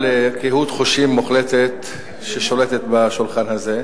לקהות חושים מוחלטת ששולטת בשולחן הזה.